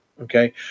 Okay